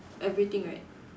everything right